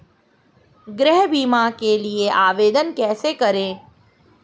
गृह बीमा के लिए आवेदन कैसे करें?